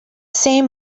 same